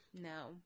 No